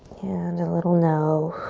and a little no.